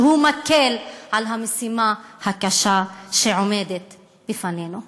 שמקל את המשימה הקשה שעומדת לפנינו.